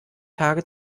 tage